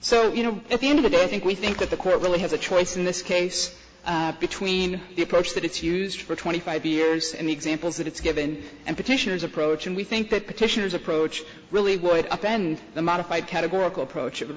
so you know if you end the day i think we think that the court really has a choice in this case between the approach that it's used for twenty five years and the examples that it's given and petitioners approach and we think that petitioners approach really would append the modified categorical approach it would